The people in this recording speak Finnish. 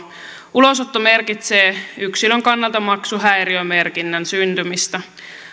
ulosotto merkitsee yksilön kannalta maksuhäiriömerkinnän syntymistä